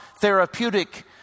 therapeutic